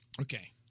Okay